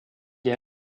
est